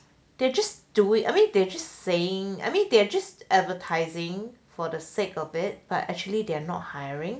they're just do it I mean they just saying I mean they are just advertising for the sake of it but actually they are not hiring